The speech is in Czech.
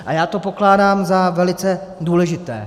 A já to pokládám za velice důležité.